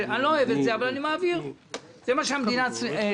אני לא אוהב את זה אבל אני מעביר כי זה מה שהמדינה צריכה.